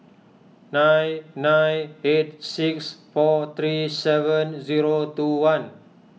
nine nine eight six four three seven zero two one